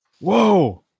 Whoa